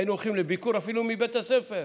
היינו הולכים לביקור אפילו מבית הספר,